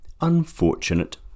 unfortunate